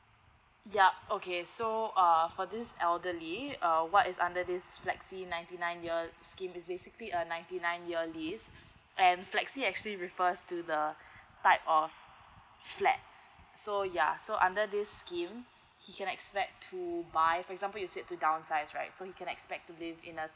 yup okay so err for this elderly uh what is under this flexi ninety nine year scheme is basically a ninety nine year lease and flexi actually refers to the type of flat so ya so under this scheme he can expect to buy for example you said to downsize right so he can expect to live in a